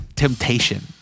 temptation